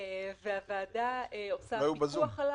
הוועדה עושה פיקוח עליו.